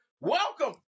welcome